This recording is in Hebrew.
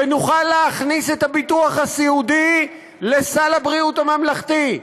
ונוכל להכניס את הביטוח הסיעודי לסל הבריאות הממלכתי,